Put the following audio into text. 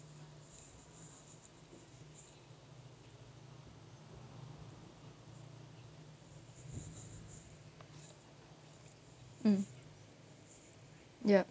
mm ya